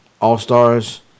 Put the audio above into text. all-stars